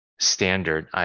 standard